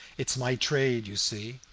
it's my trade, you see,